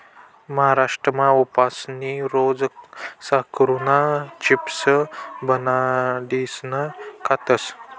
महाराष्ट्रमा उपासनी रोज साकरुना चिप्स बनाडीसन खातस